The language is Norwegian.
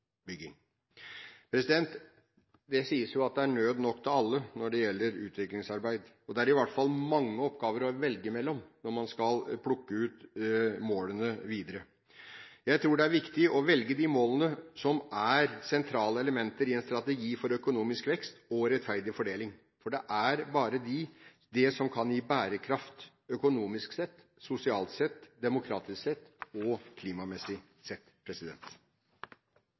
det gjelder utviklingsarbeid, sies det at det er nød nok til alle. Det er i hvert fall mange oppgaver å velge mellom når man skal plukke ut målene videre. Jeg tror det er viktig å velge de målene som er sentrale elementer i en strategi for økonomisk vekst og rettferdig fordeling, for det er bare det som kan gi bærekraft økonomisk sett, sosialt sett, demokratisk sett og klimamessig sett.